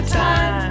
time